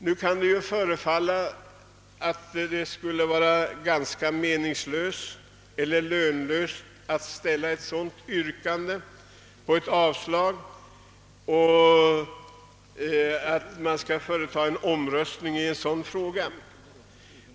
Nu kan det förefalla ganska meningslöst att yrka bifall till en avstyrkt motion och att begära omröstning i en sådan fråga.